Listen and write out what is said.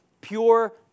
Pure